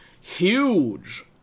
huge